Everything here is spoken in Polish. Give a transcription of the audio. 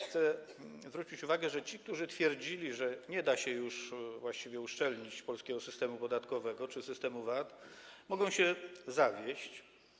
Chcę zwrócić uwagę, że ci, którzy twierdzili, że nie da się już uszczelnić polskiego systemu podatkowego czy systemu VAT, mogą się zawieść.